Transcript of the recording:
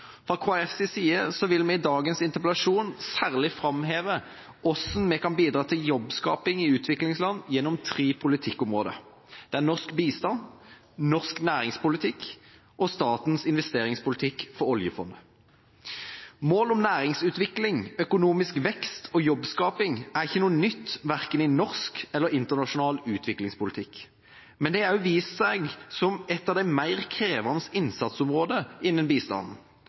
Fra Kristelig Folkepartis side vil vi i dagens interpellasjon særlig framheve hvordan vi kan bidra til jobbskaping i utviklingsland gjennom tre politikkområder: Det er norsk bistand, norsk næringspolitikk og statens investeringspolitikk for oljefondet. Mål om næringsutvikling, økonomisk vekst og jobbskaping er ikke noe nytt verken i norsk eller internasjonal utviklingspolitikk. Men det har også vist seg som et av de mer krevende innsatsområder innen bistanden.